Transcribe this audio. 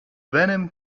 venom